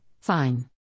fine